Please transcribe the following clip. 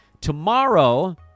Tomorrow